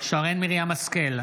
שרן מרים השכל,